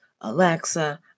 Alexa